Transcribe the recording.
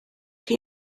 chi